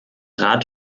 rat